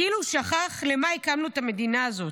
כאילו שכח למה הקמנו את המדינה הזו.